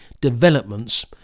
developments